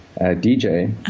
DJ